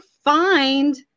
find